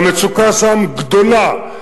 והמצוקה שם גדולה,